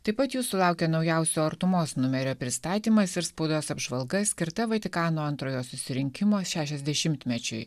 taip pat jūsų laukia naujausio artumos numerio pristatymas ir spaudos apžvalga skirta vatikano antrojo susirinkimo šešiasdešimtmečiui